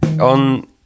On